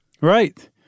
Right